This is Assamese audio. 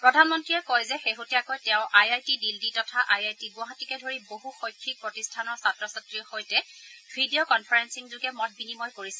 প্ৰধানমন্ত্ৰীয়ে কয় যে শেহতীয়াকৈ তেওঁ আই আই টি দিল্লী তথা আই আই টি গুৱাহাটীকে ধৰি বহু শৈক্ষিক প্ৰতিষ্ঠানৰ ছাত্ৰ ছাত্ৰীৰ সৈতে ভিডিঅ' কনফাৰেলিং যোগে মত বিনিময় কৰিছে